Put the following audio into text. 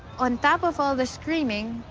on top of all the screaming,